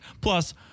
plus